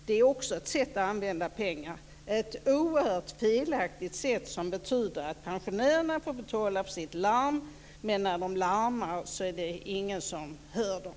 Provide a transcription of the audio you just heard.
Det är också ett sätt att använda pengar. Det är ett tvivelaktigt förfarande som innebär att pensionärerna får betala för larmet, men när de larmar är det ingen som hör dem.